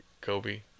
Kobe